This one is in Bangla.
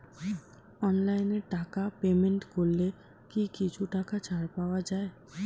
অনলাইনে টাকা পেমেন্ট করলে কি কিছু টাকা ছাড় পাওয়া যায়?